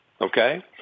okay